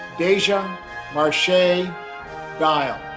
dezha marshae dial.